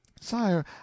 Sire